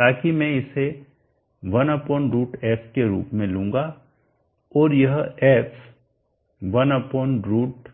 ताकि मैं इसे 1√f के रूप में लूंगा और यह f 1√01